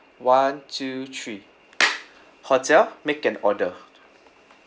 one two three hotel make an order